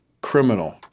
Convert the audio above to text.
criminal